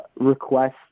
request